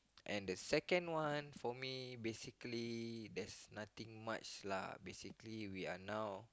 and the second one for me basically there's nothing much lah basically we are now